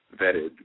vetted